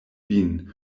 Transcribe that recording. vin